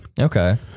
Okay